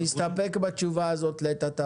נסתפק בתשובה הזאת לעת עתה.